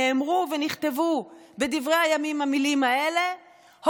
נאמרו ונכתבו המילים האלה בדברי הימים,